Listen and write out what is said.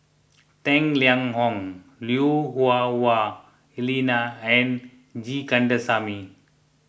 Tang Liang Hong Lui Hah Wah Elena and G Kandasamy